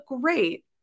great